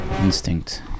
Instinct